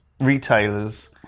retailers